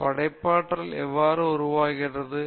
இப்போது படைப்பாற்றல் எவ்வாறு உருவாகிறது